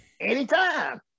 anytime